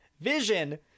vision